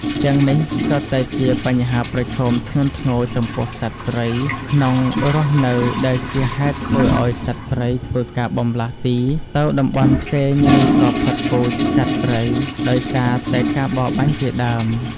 ទាំំងនេះសុទ្ធតែជាបញ្ហាប្រឈមធ្ងន់ធ្ងរចំពោះសត្វព្រៃក្នុងរស់នៅដែលជាហេតុធ្វើឲ្យសត្វព្រៃធ្វើការបន្លាស់ទីទៅតំបន់ផ្សេងឬក៏ផុតពូជសត្វព្រៃដោយសារតែការបរបាញ់ជាដើម។